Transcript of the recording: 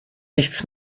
nichts